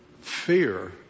fear